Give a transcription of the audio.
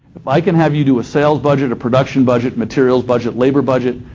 if i can have you do a sales budget, a production budget, materials budget, labor budget,